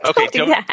okay